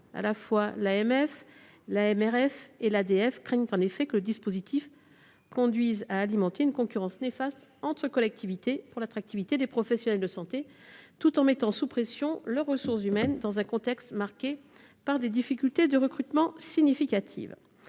départements de France (ADF) craignent en effet que le dispositif ne conduise à alimenter une concurrence néfaste entre collectivités pour attirer les professionnels de santé, tout en mettant sous pression leurs ressources humaines dans un contexte déjà marqué par des difficultés de recrutement significatives.